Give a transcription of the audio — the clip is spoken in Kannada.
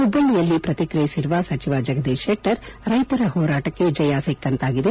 ಹುಬ್ಬಳ್ಳಿಯಲ್ಲಿ ಪ್ರತಿಕಿಯಿಸಿರುವ ಸಚಿವ ಜಗದೀಶ್ ಶೆಟ್ಟರ್ ರೈತರ ಹೋರಾಟಕ್ಕೆ ಜಯ ಸಿಕ್ಕಿದಂತಾಗಿದೆ